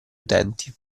utenti